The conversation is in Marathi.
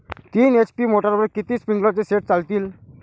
तीन एच.पी मोटरवर किती स्प्रिंकलरचे सेट चालतीन?